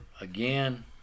again